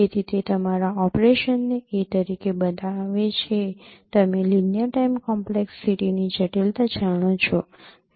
તેથી તે તમારા ઓપરેશનને એ તરીકે બનાવે છે તમે લિનિયર ટાઇમ કોમ્પ્લેક્સીટીની જટિલતા જાણો છો